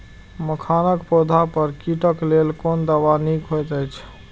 मखानक पौधा पर कीटक लेल कोन दवा निक होयत अछि?